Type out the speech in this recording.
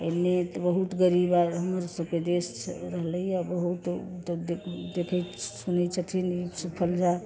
एहि ले बहुत गरीब हमर सबके देश रहले हँ बहुत देखै सुनै छथिन ई